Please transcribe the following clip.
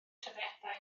trefniadau